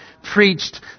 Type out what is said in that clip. preached